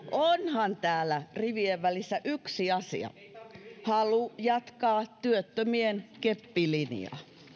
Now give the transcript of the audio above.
onhan täällä rivien välissä yksi asia halu jatkaa työttömien keppilinjaa